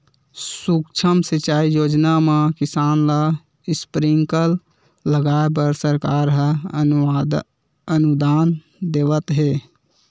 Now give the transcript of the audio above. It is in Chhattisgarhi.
सुक्ष्म सिंचई योजना म किसान ल स्प्रिंकल लगाए बर सरकार ह अनुदान देवत हे